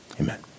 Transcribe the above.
Amen